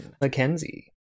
Mackenzie